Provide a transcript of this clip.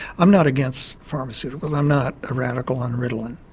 i'm not against pharmaceuticals, i'm not a radical on ritalin,